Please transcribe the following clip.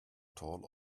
tall